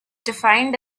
defined